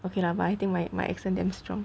okay lah but I think my my accent damn strong